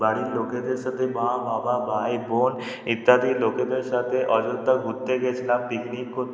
বাড়ির লোকেদের সাথে মা বাবা ভাই বোন ইত্যাদি লোকেদের সাথে অযোধ্যা ঘুরতে গিয়েছিলাম পিকনিক করতে